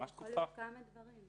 זה יכול להיות כמה דברים.